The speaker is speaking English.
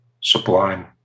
sublime